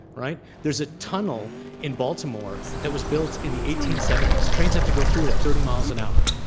right? there's a tunnel in baltimore that was built in the eighteen seventy s. trains have to go through it at thirty miles an hour.